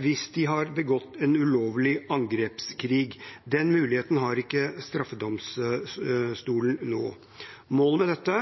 hvis de har begått en ulovlig angrepskrig. Den muligheten har ikke straffedomstolen nå. Målet med dette